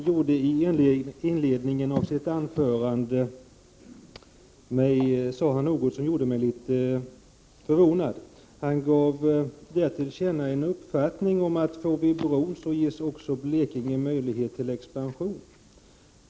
Herr talman! I inledningen av sitt senaste inlägg sade Lars-Erik Lövdén något som gjorde mig förvånad. Han gav till känna uppfattningen att tillkomsten av en bro skulle ge Blekinge möjligheter till expansion.